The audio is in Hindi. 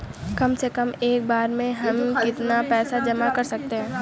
कम से कम एक बार में हम कितना पैसा जमा कर सकते हैं?